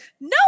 No